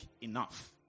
enough